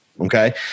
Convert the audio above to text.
Okay